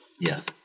Yes